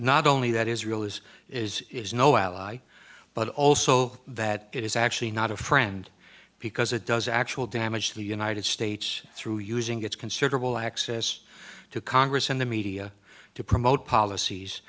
only that israel has is is no ally but also that it is actually not a friend because it does actual damage the united states through using its considerable access to congress and the media to promote policies